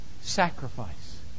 sacrifice